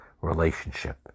relationship